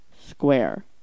square